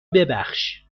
ببخش